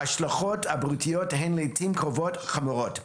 ההשלכות הבריאותיות הן לעיתים קרובות חמורות.